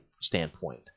standpoint